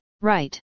right